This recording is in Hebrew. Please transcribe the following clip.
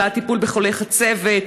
לטיפול בחולי חצבת?